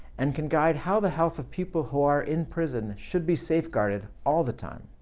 and can guide how the health of people who are in prison should be safeguarded all the time.